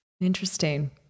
Interesting